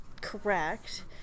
Correct